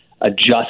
adjust